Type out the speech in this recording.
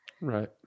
Right